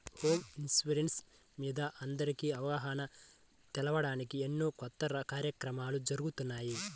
home insurance మీద అందరికీ అవగాహన తేవడానికి ఎన్నో కొత్త కార్యక్రమాలు జరుగుతున్నాయి